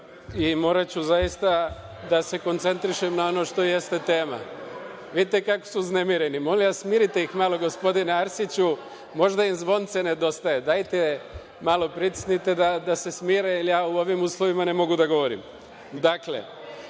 i moraću zaista da se koncentrišem na ono što jeste tema. Vidite kako su uznemireni. Molim vas, smirite ih malo, gospodine Arsiću, možda im zvonce nedostaje. Dajte malo pritisnite da se smire, jer ja u ovim uslovima ne mogu da govorim. Dakle,